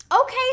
okay